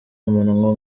umunwa